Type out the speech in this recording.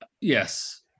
yes